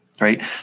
Right